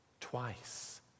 Twice